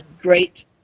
Great